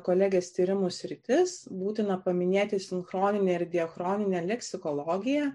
kolegės tyrimų sritis būtina paminėti sinchroninę diachroninę leksikologiją